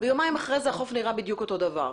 ויומיים אחרי זה החוף נראה בדיוק אותו דבר.